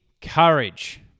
courage